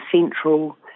Central